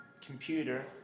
computer